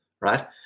Right